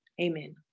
Amen